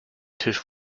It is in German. tisch